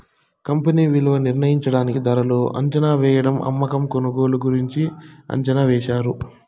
company విలువ నిర్ణయించడానికి ధరలు అంచనావేయడం అమ్మకం కొనుగోలు గురించి అంచనా వేశారు